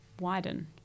widen